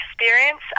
experience